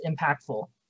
impactful